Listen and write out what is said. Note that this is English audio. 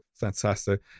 Fantastic